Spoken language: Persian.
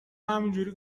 همینجوری